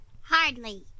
Hardly